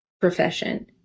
profession